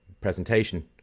presentation